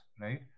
right